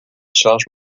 charges